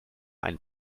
ein